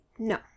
No